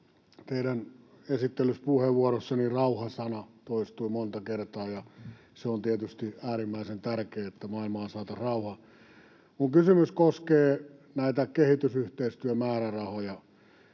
Teidän esittelypuheenvuorossanne rauha-sana toistui monta kertaa, ja se on tietysti äärimmäisen tärkeää, että maailmaan saataisiin rauha. Minun kysymykseni koskee näitä kehitysyhteistyömäärärahoja.